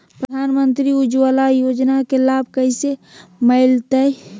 प्रधानमंत्री उज्वला योजना के लाभ कैसे मैलतैय?